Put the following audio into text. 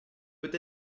peut